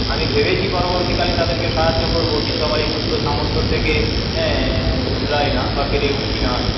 আমি ভেবেছি পরবর্তীকালে তাদেরকে সাহায্য করব কিন্তু আমার এই ক্ষুদ্র সামর্থ্য থেকে কুলায় না বা পেরে উঠি না আমি